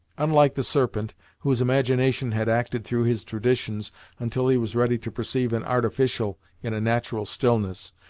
unlike the serpent, whose imagination had acted through his traditions until he was ready to perceive an artificial, in a natural stillness,